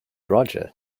roger